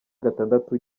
gatandatu